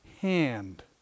hand